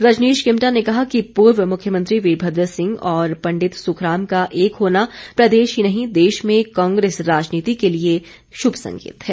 रजनीश किमटा ने कहा कि पूर्व मुख्यमंत्री वीरभद्र सिंह और पंडित सुखराम का एक होना प्रदेश ही नहीं देश में कांग्रेस राजनीति के लिए एक शुभ संदेश है